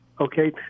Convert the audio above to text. Okay